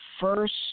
first